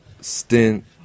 stint